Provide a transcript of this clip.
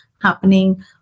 happening